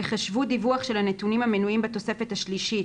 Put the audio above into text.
ייחשבו דיווח של הנתונים המנויים בתוספת השלישית,